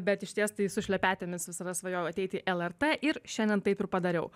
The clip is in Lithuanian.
bet išties tai su šlepetėmis visada svajojau ateit į lrt ir šiandien taip ir padariau